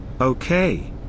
Okay